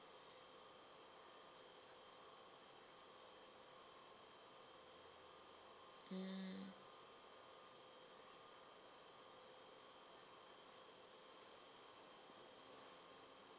mm